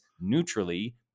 neutrally